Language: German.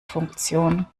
funktion